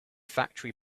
factory